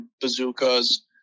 bazookas